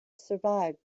survived